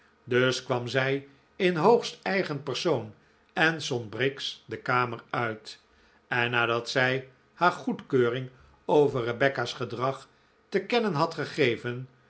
dus kwam zij in hoogst eigen persoon en zond briggs de kamer uit en nadat zij haar goedkeuring over rebecca's gedrag te kennen had gegeven